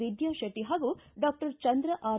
ವಿದ್ಯಾ ಶೆಟ್ಟಿ ಹಾಗೂ doctor Chandra R